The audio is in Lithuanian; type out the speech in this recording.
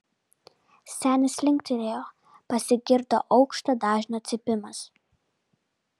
senis linktelėjo pasigirdo aukšto dažnio cypimas